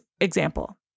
Example